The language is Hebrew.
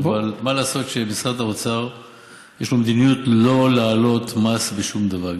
אבל מה לעשות שלמשרד האוצר יש מדיניות לא להעלות מס בשום דבר.